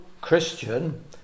Christian